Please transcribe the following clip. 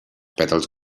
pètals